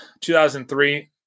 2003